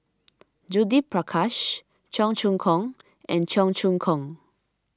Judith Prakash Cheong Choong Kong and Cheong Choong Kong